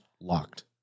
locked